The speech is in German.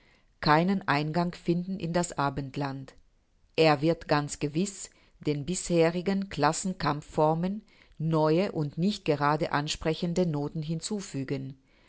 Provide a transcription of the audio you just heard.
keinen eingang finden in das abendland er wird ganz gewiß den bisherigen klassenkampfformen neue und nicht gerade ansprechende noten hinzufügen